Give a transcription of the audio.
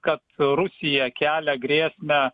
kad rusija kelia grėsmę